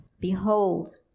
Behold